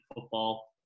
football